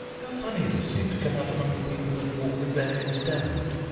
how funny it'll seem to come out among the people that walk with their heads downward!